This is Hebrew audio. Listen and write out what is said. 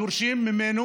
דורשים ממנו